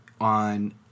on